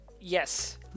Yes